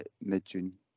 mid-June